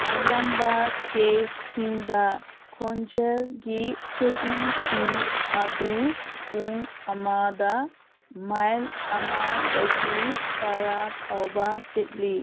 ꯑꯌꯥꯝꯕ ꯀꯦꯁꯁꯤꯡꯗ ꯈꯣꯟꯖꯦꯜꯒꯤ ꯁꯦꯠꯇꯤꯡꯁꯤꯡ ꯑꯗꯨ ꯄꯨꯡ ꯑꯃꯗ ꯃꯥꯏꯜ ꯑꯃꯗꯒꯤ ꯇꯔꯥ ꯐꯥꯎꯕ ꯆꯠꯂꯤ